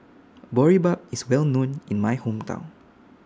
Boribap IS Well known in My Hometown